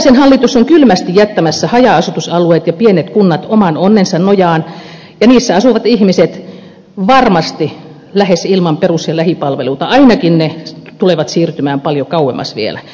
kataisen hallitus on kylmästi jättämässä haja asutusalueet ja pienet kunnat oman onnensa nojaan ja niissä asuvat ihmiset varmasti lähes ilman perus ja lähipalveluita ainakin ne tulevat siirtymään paljon kauemmas vielä